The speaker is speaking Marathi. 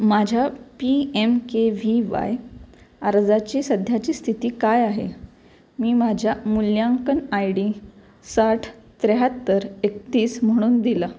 माझ्या P M K V Y अर्जाची सध्याची स्थिती काय आहे मी माझ्या मूल्यांकन आय डी साठ त्र्याहत्तर एकतीस म्हणून दिला